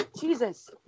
Jesus